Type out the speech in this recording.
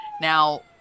Now